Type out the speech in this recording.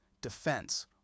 defense